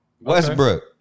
Westbrook